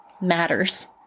matters